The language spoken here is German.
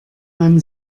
man